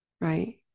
right